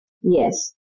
Yes